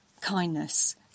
kindness